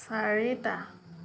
চাৰিটা